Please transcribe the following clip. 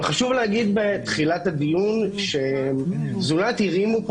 אבל חשוב להגיד בתחילת הדיון ש"זולת" הרימו פה